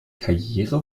karriere